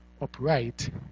upright